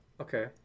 Okay